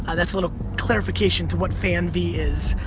ah that's a little clarification to what fanvee is.